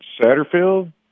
Satterfield